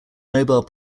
nobel